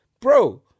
bro